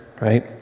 right